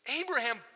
Abraham